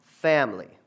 family